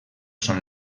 són